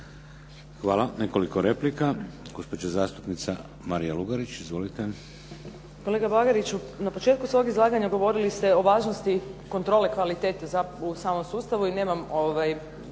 Hvala. Nekoliko replika, gospođa zastupnica Marija Lugarić. Izvolite. **Lugarić, Marija (SDP)** Kolega Bagariću na početku svog izlaganja govorili ste o važnosti kontrole kvalitete u samom sustavu i nemam